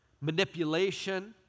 manipulation